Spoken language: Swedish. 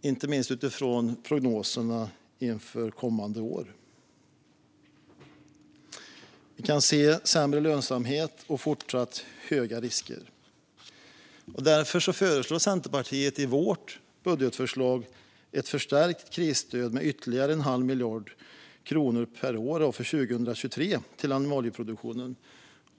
inte minst utifrån prognoserna för kommande år. Man kan se sämre lönsamhet och fortsatt höga risker. Därför föreslår vi från Centerpartiet i vårt budgetförslag ett förstärkt krisstöd med ytterligare en halv miljard kronor för 2023 till animalieproduktionen.